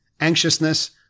anxiousness